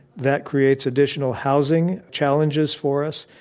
that creates additional housing challenges for us.